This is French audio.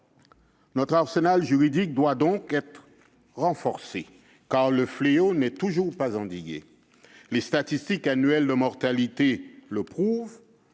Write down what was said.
Notre arsenal juridique doit être encore renforcé, car le fléau n'est toujours pas endigué. Les statistiques annuelles de mortalité le prouvent-